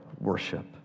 worship